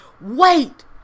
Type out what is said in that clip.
Wait